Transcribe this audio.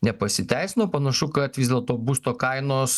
nepasiteisino panašu kad vis dėlto būsto kainos